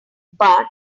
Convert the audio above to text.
but